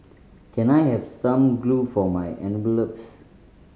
can I have some glue for my envelopes